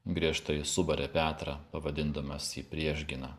griežtai subarė petrą pavadindamas jį priešgina